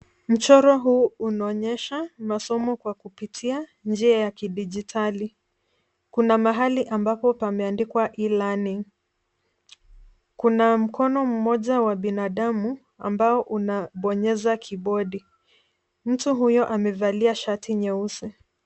Mchoro huu unaonyesha masomo kwa kupitia njia ya kidijitali. Kuna mahali amnbapo pameandikwa e-learning . Kuna mkono mmoja wa binadamu ambao unabonyeza kibodi. Mtu huyo amevalia shati nyeusi.